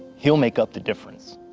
he'll make up the difference.